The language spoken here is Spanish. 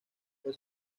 fue